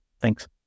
Thanks